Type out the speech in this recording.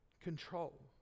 control